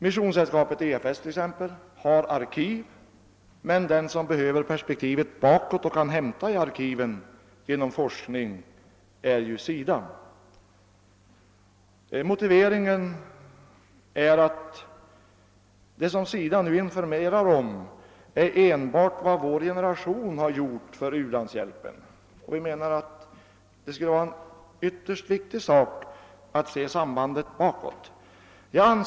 Missionssällskapet EFS t.ex. har arkiv, men den som behöver perspektivet bakåt och kan hämta material ur arkivet genom forskning är SIDA. Vad SIDA nu informerar om är enbart vad vår generation har uträttat i fråga om u-landshjälp. Det skulle vara ytterst viktigt att se sambandet bakåt.